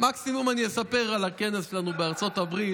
מקסימום אני אספר על הכנס שלנו בארצות הברית.